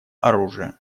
оружия